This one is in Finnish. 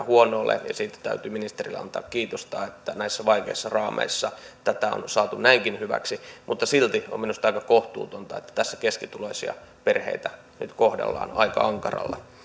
huono ole ja siitä täytyy ministerille antaa kiitosta että näissä vaikeissa raameissa tämä on saatu näinkin hyväksi mutta silti minusta on aika kohtuutonta että keskituloisia perheitä nyt kohdellaan aika ankaralla